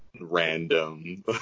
Random